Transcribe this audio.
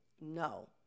no